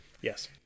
Yes